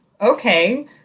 okay